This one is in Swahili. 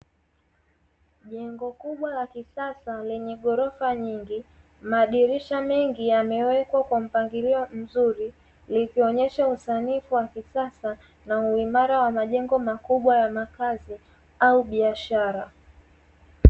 Jengo kubwa la kisasa lenye gorofa nyingi, madirisha mengi yamewekwa kwa mpangiio mzuri, likionesha usanifu wa kisasa na uimara wa majengo makubwa ya makazi au biashara.